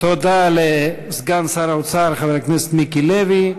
תודה לסגן שר האוצר חבר הכנסת מיקי לוי.